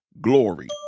glory